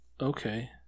Okay